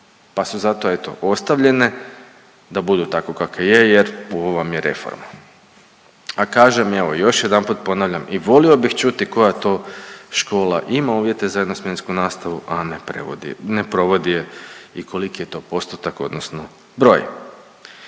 pa su zato eto ostavljene da budu tako kako je, jer u ovom je reforma. A kažem evo i još jedanput ponavljam i volio bih čuti koja to škola ima uvjete za jednosmjensku nastavu a ne provodi je i koliki je to postotak, odnosno broj.